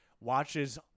watches